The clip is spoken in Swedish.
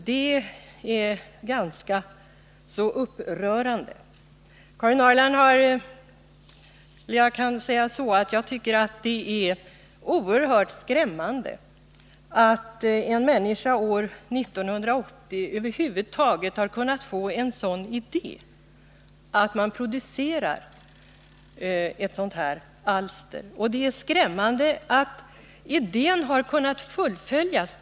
Det är ganska så upprörande. Det är oerhört skrämmande att en människa år 1980 över huvud taget har kunnat få idén att producera ett sådant här alster. Vidare är det skrämmande attidén har kunnat fullföljas.